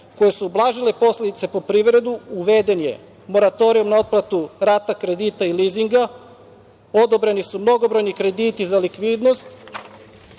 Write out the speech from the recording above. koje su ublažile posledice po privredu uveden je moratorijum na otplatu rata kredita i lizinga, odobreni su mnogobrojni krediti za likvidnost